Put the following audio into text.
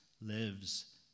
lives